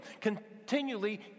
continually